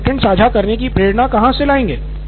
तो हम कंटैंट साझा करने की प्रेरणा कहाँ से मिलेगी